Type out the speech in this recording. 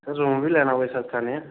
sir room बी लैना कोई सस्ता नेहा